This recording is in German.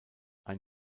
ein